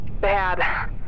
bad